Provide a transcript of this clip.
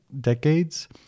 decades